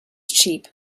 cheap